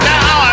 Now